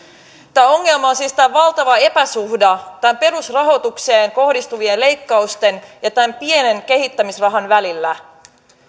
ongelmana on siis tämä valtava epäsuhta näiden perusrahoitukseen kohdistuvien leikkausten ja tämän pienen kehittämisrahan välillä